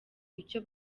icyo